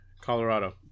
Colorado